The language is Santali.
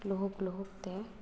ᱞᱩᱦᱩᱠᱼᱞᱩᱦᱩᱠᱛᱮ